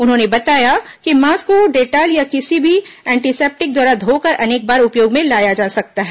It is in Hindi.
उन्होंने बताया कि मास्क को डेटॉल या किसी भी एण्टीसेप्टिक द्वारा धोकर अनेक बार उपयोग में लाया जा सकता है